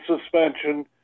suspension